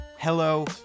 hello